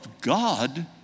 God